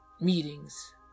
meetings